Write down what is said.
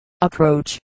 approach